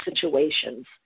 situations